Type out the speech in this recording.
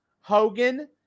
Hogan